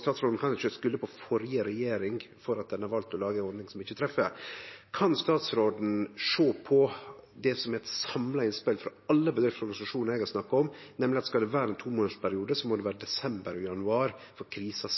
Statsråden kan jo ikkje skulde på førre regjering for at ein har valt å lage ei ordning som ikkje treffer. Kan statsråden sjå på det som eit samla innspel frå alle bedrifter og organisasjonar eg har snakka om, at skal det vere ein tomånadersperiode, må det vere desember og januar, for krisa